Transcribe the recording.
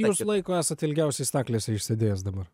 jūs laiko esat ilgiausiai staklėse išsėdėjęs dabar